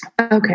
Okay